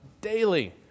daily